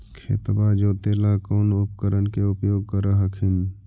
खेतबा जोते ला कौन उपकरण के उपयोग कर हखिन?